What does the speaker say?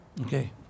Okay